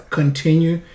continue